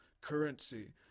currency